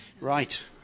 Right